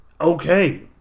okay